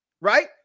right